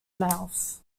mouth